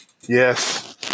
Yes